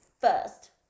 First